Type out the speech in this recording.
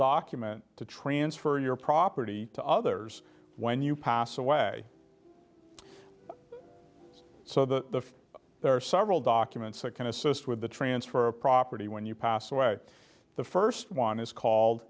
document to transfer your property to others when you pass away so the there are several documents that can assist with the transfer of property when you pass away the first one is called